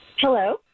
Hello